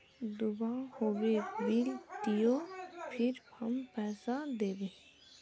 दूबा होबे बिल दियो फिर हम पैसा देबे?